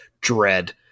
Dread